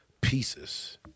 pieces